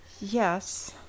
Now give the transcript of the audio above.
Yes